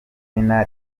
izina